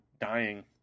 dying